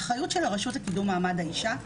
האחריות של הרשות לקידום מעמד האישה,